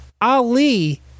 Ali